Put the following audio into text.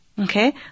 okay